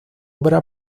obra